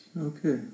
Okay